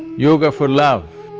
yoga for love.